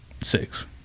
Six